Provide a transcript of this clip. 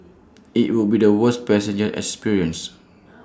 IT would be the worst passenger experience